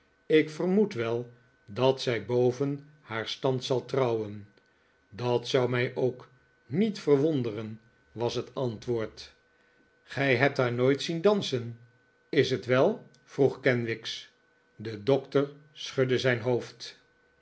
ik vermoed wel dat zij boven haar stand zal trouwen dat zou mij ook niet verwonderen was het antwoord gij hebt haar nooit zien dansen is t wel vroeg kenwigs de dokter schudde zijn hoofd